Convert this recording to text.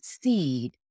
seed